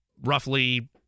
Roughly